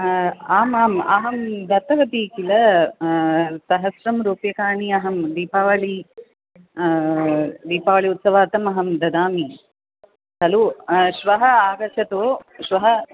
आम् आम् अहं दत्तवती किल सहस्रं रूप्यकाणि अहं दीपावली दीपावली उत्सवार्थम् अहं ददामि खलु श्वः आगच्छतु श्वः